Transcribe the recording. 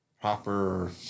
proper